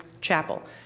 Chapel